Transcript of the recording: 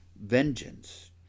vengeance